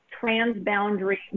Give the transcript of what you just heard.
transboundary